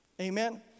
Amen